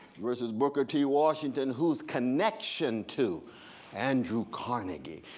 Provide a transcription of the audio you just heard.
versus booker t. washington who's connection to andrew carnegie,